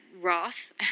wrath